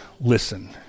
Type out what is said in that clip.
listen